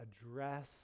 address